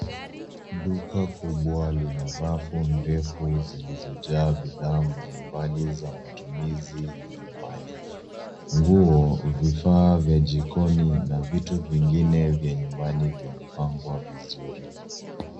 Duka kubwa lina rafu ndefu zilizojaa bidhaa mbali mbali za matumizi ya nyumbani. Nguo vifaa vya jikoni na vitu vingine vya nyumbani vimepangwa vizuri.